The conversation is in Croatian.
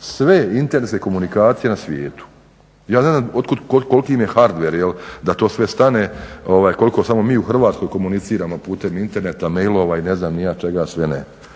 sve internetske komunikacije na svijetu. Ja ne znam koliki im je hardver da to sve stane, koliko samo mi u Hrvatskoj komuniciramo putem interneta, mailova i ne znam ni ja čega sve ne.